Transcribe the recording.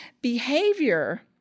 behavior